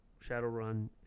Shadowrun